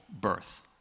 birth